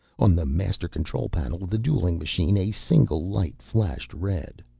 on the master control panel of the dueling machine, a single light flashed red.